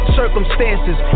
circumstances